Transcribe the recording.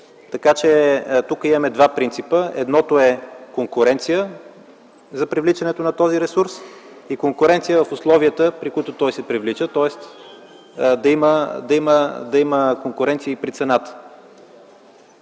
Тук имаме два принципа: конкуренция за привличането на този ресурс и конкуренция в условията, при които той се привлича, тоест да има конкуренция и при цената.